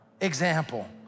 example